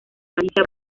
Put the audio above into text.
galicia